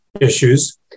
issues